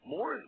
More